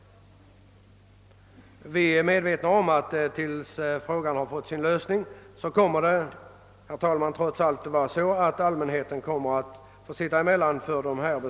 Tills frågan har lösts blir det allmänheten som får sitta emellan.